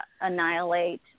annihilate